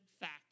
fact